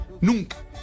nunca